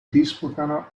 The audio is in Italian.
disputano